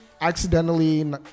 accidentally